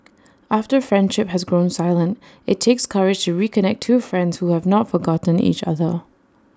after friendship has grown silent IT takes courage to reconnect two friends who have not forgotten each other